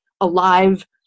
alive